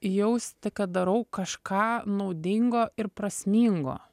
jausti kad darau kažką naudingo ir prasmingo